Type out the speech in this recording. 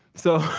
so,